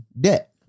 debt